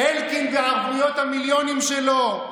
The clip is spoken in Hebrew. אלקין בערבויות המיליונים שלו,